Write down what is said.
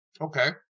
Okay